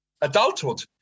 adulthood